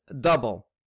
double